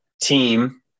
team